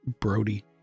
Brody